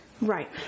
right